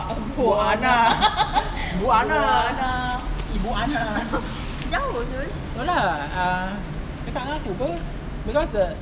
ibu anak not lah ah dekat dengan aku [pe] because the